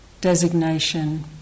designation